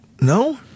No